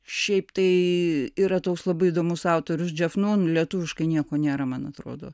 šiaip tai yra toks labai įdomus autorius jeff nun lietuviškai nieko nėra man atrodo